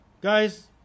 Guys